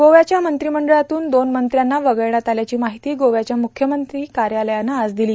गोव्याच्या मंत्रिमंडळातून दोन मंत्र्यांना वगळण्यात आल्याची माहिती गोव्याच्या मुख्यमंत्री कार्यालयानं आज दिली